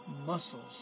muscles